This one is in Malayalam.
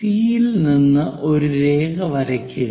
സി യിൽ നിന്ന് ഒരു രേഖ വരയ്ക്കുക